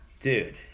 dude